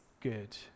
good